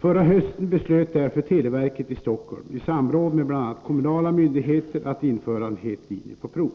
Förra hösten beslöt därför televerket i Stockholm i samråd med bl.a. kommunala myndigheter att införa en ”het linje” på prov.